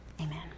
Amen